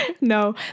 No